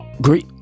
great